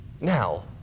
Now